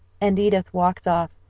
and edith walked off,